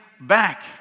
back